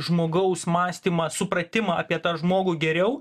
žmogaus mąstymą supratimą apie tą žmogų geriau